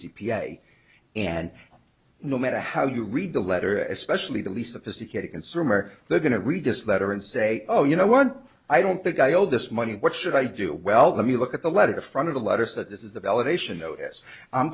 a and no matter how you read the letter especially the least sophisticated consumer they're going to read this letter and say oh you know what i don't think i owe this money what should i do well let me look at the letter the front of the letter is that this i